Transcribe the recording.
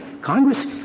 Congress